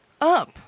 up